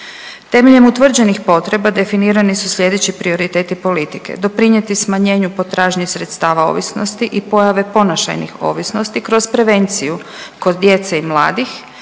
Temeljem utvrđenih potreba definirani su sljedeći prioriteti politike, doprinijeti smanjenju potražnje sredstava ovisnosti i pojave ponašajnih ovisnosti kroz prevenciju kod djece i mladih,